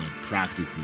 practically